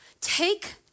take